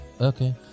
okay